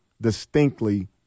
distinctly